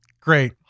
Great